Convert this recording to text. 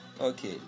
okay